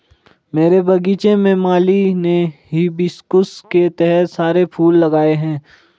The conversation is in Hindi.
मेरे बगीचे में माली ने हिबिस्कुस के बहुत सारे फूल लगाए हैं